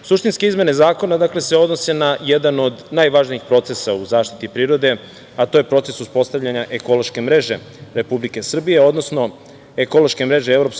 EU.Suštinski, izmene zakona odnose na jedan od najvažnijih procesa u zaštiti prirode, a to je proces uspostavljanja ekološke mreže Republike Srbije, odnosno ekološke mreže EU,